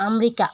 America